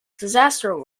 disaster